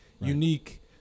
Unique